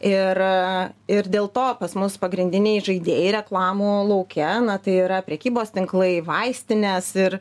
ir ir dėl to pas mus pagrindiniai žaidėjai reklamų lauke na tai yra prekybos tinklai vaistinės ir